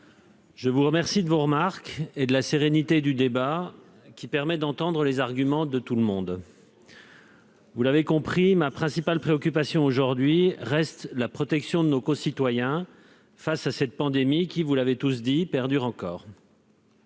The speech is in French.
je vous remercie de vos remarques et de la sérénité du débat, qui permet d'entendre les arguments de chacun. Vous l'avez compris, aujourd'hui, ma principale préoccupation reste la protection de nos concitoyens face à cette pandémie, qui- vous l'avez tous dit -perdure.